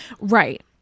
right